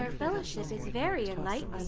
and fellowship is is very enlightening.